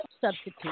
substitute